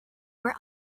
were